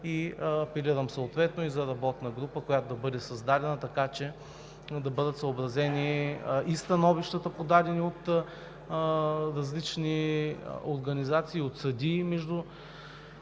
и апелирам съответно и за работна група, която да бъде създадена, така че да бъдат съобразени и становищата, подадени от различни организации и от съдии